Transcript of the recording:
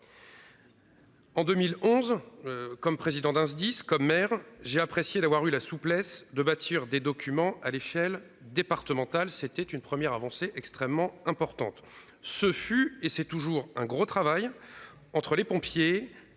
En 2011. Comme président d'un SDIS comme maire. J'ai apprécié d'avoir eu la souplesse de bâtir des documents à l'échelle départementale. C'était une première avancée extrêmement importante, ce fut et c'est toujours un gros travail entre les pompiers,